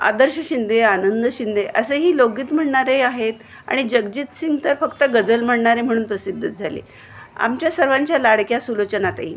आदर्श शिंदे आनंद शिंदे असेही लोकगीत म्हणणारे आहेत आणि जगजीत सिंग तर फक्त गजल म्हणणारे म्हणून प्रसिद्ध झाले आमच्या सर्वांच्या लाडक्या सुलोचनाताई